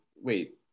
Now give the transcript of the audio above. wait